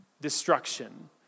destruction